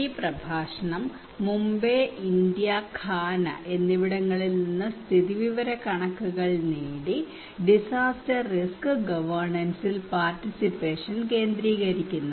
ഈ പ്രഭാഷണം Mumbai India Ghana എന്നിവിടങ്ങളിൽ നിന്ന് സ്ഥിതിവിവരക്കണക്കുകൾ നേടി ഡിസാസ്റ്റർ റിസ്ക് ഗവെർണൻസിൽ പാർട്ടിസിപ്പേഷൻ കേന്ദ്രീകരിക്കുന്നു